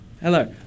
Hello